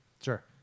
Sure